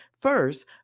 First